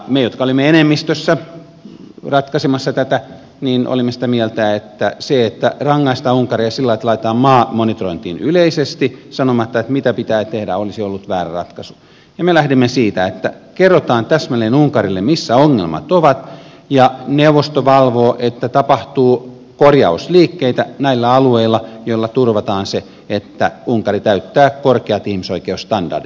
me jotka olimme enemmistössä ratkaisemassa tätä olimme sitä mieltä että se että rangaistaan unkaria siten että laitetaan maa monitorointiin yleisesti sanomatta mitä pitää tehdä olisi ollut väärä ratkaisu ja me lähdimme siitä että kerrotaan täsmälleen unkarille missä ongelmat ovat ja neuvosto valvoo että tapahtuu näillä alueilla korjausliikkeitä joilla turvataan se että unkari täyttää korkeat ihmisoikeusstandardit